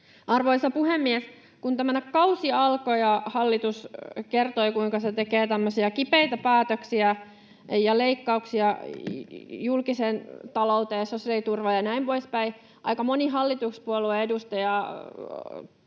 Arvoisa puhemies! Kun tämä kausi alkoi ja hallitus kertoi, kuinka se tekee tämmöisiä kipeitä päätöksiä ja leikkauksia julkiseen talouteen, sosiaaliturvaan ja näin poispäin, aika moni hallituspuolueen edustaja kertoi,